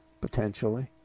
potentially